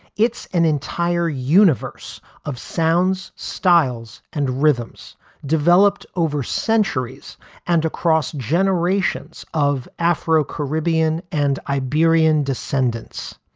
it's an entire universe of sounds, styles and rhythms developed over centuries and across generations of afro-caribbean and iberian descendents.